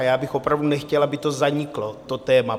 A já bych opravdu nechtěl, aby to zaniklo, to téma.